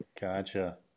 Gotcha